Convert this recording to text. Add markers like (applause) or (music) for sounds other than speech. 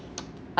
(noise) I